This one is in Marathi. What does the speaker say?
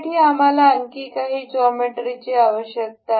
यासाठी आम्हाला आणखी काही जॉमेट्रीची आवश्यकता आहे